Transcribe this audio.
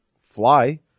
fly